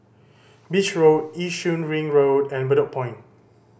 Beach Road Yishun Ring Road and Bedok Point